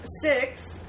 six